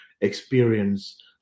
experience